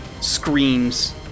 screams